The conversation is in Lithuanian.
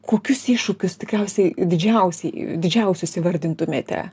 kokius iššūkius tikriausiai didžiausiai didžiausius įvardintumėte